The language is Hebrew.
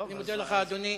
אני מודה לך, אדוני.